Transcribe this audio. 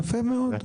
יפה מאוד.